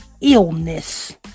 illness